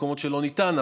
ויש מקומות שלא ניתן,